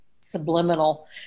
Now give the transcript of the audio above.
subliminal